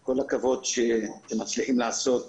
כל הכבוד שאתם מצליחים לעשות